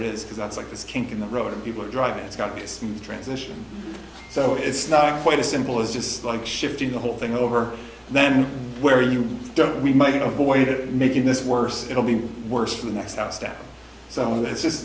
it is because it's like this kink in the road and people are driving it's got a smooth transition so it's not quite as simple as just like shifting the whole thing over and then where you don't we might you know void it making this worse it'll be worse for the next house down so it's just